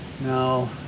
No